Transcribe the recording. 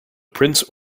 prince